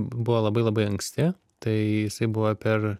buvo labai labai anksti tai jisai buvo per